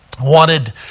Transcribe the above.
wanted